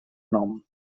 nom